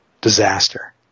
disaster